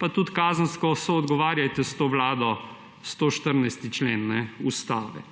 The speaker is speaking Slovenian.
pa tudi kazensko soodgovarjajte s to vlado, 114. člen Ustave.